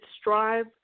Strive